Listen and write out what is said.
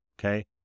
okay